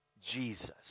Jesus